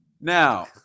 Now